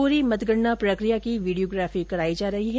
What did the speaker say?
पूरी मतगणना प्रकिया की वीडियाग्राफी की जा रही है